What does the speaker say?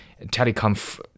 telecom